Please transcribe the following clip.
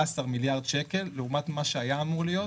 מיליארד שקל לעומת מה שהיה אמור להיות